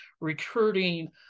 recruiting